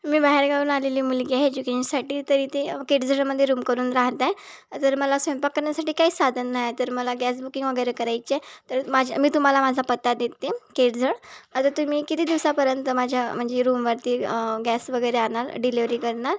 मी बाहेरगावाहून आलेली मुलगी आहे एज्युकेनसाठी तरी ते केळझरमध्ये रूम करून राहत आहे तर मला स्वयंपाक करण्यासाठी काही साधन नाही तर मला गॅस बुकिंग वगैरे करायचे तर माज मी तुम्हाला माझा पत्ता देते केळझर आता तुम्ही किती दिवसापर्यंत माझ्या म्हणजे रूमवरती गॅस वगैरे आणाल डिलेवरी करणार